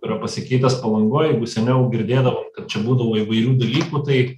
yra pasikeitęs palangoj jeigu seniau girdėdavom kad čia būdavo įvairių dalykų tai